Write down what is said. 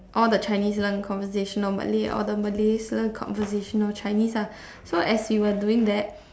all the chinese learn conversational malay all the malays learn conversational chinese lah so as we were doing that